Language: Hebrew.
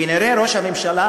כנראה ראש הממשלה,